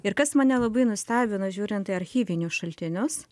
ir kas mane labai nustebino žiūrint į archyvinius šaltinius